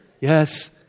Yes